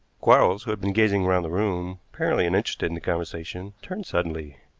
quarles, who had been gazing round the room, apparently uninterested in the conversation, turned suddenly.